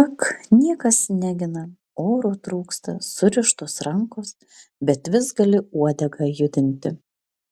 ak niekas negina oro trūksta surištos rankos bet vis gali uodegą judinti